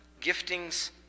giftings